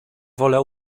wolę